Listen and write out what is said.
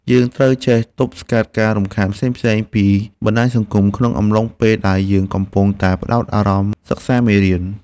យើងត្រូវចេះទប់ស្កាត់ការរំខានផ្សេងៗពីបណ្តាញសង្គមក្នុងអំឡុងពេលដែលយើងកំពុងតែផ្តោតអារម្មណ៍សិក្សាមេរៀន។